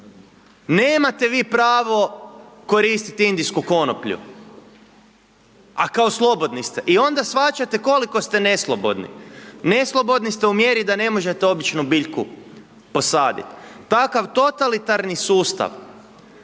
Nemate vi pravo koristiti indijsku konoplju. A kao slobodni ste i onda shvaćate koliko ste neslobodni. Neslobodni ste u mjeri da ne možete običnu biljku posadit. Takav totalitarni sustav